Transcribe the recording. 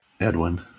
Edwin